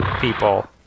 people